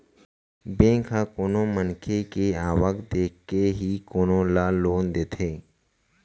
bank ह कोनो मनखे के आवक देखके ही कोनो ल लोन देथे